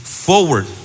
forward